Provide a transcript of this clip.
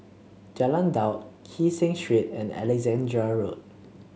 Jalan Daud Kee Seng Street and Alexandra Road